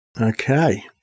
Okay